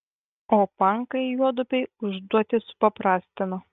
o pankai juodupei užduotį supaprastino